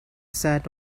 sat